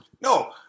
No